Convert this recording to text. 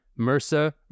MRSA